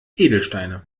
edelsteine